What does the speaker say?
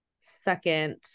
second